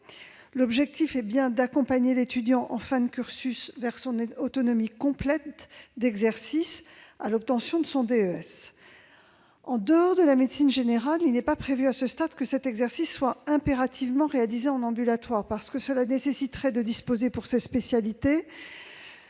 L'objectif est bien d'accompagner l'étudiant en fin de cursus vers son autonomie complète d'exercice pour l'obtention de son DES. En dehors de la médecine générale, il n'est pas prévu à ce stade que cet exercice soit impérativement réalisé en ambulatoire, parce que cela nécessiterait de disposer, pour ces spécialités,